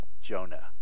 Jonah